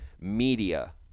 media